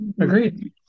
Agreed